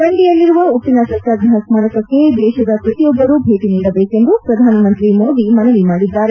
ದಂಡಿಯಲ್ಲಿರುವ ಉಪ್ಪಿನ ಸತ್ತಾರ್ಪಹ ಸ್ಥಾರಕಕ್ಕೆ ದೇಶದ ಪ್ರತಿಯೊಬ್ಬರೂ ಭೇಟಿ ನೀಡಬೇಕೆಂದು ಪ್ರಧಾನಮಂತ್ರಿ ಮೋದಿ ಮನವಿ ಮಾಡಿದ್ದಾರೆ